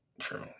True